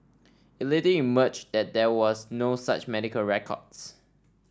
it later emerged that there was no such medical records